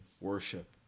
worship